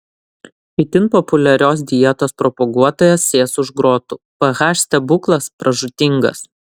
itin populiarios dietos propaguotojas sės už grotų ph stebuklas pražūtingas